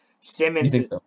Simmons